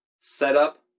setup